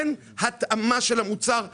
אין התאמה של המוצר אליך.